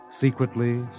Secretly